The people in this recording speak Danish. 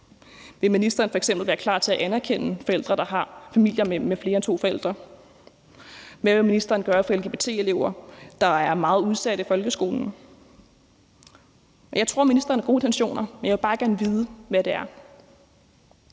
Vil ministeren f.eks. være klar til at anerkende forældre, der har familier med flere end to forældre? Hvad vil ministeren gøre for lgbt-elever, der er meget udsatte i folkeskolen? Jeg tror, at ministeren har gode intentioner, men jeg vil bare gerne vide, hvad det er.